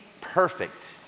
perfect